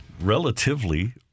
relatively